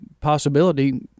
possibility